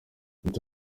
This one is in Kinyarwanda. ati